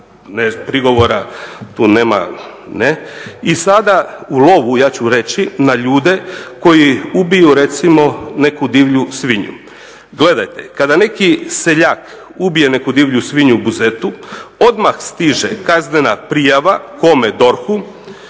I sada u lovu ja ću reći na ljude koji ubiju recimo neku divlju svinju. Gledajte, kada neki seljak ubije neku divlju svinju u Buzetu odmah stiže kaznena prijava. Kome? DORH-u,